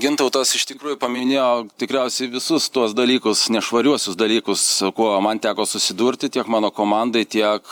gintautas iš tikrųjų paminėjo tikriausiai visus tuos dalykus nešvariuosius dalykus kuo man teko susidurti tiek mano komandai tiek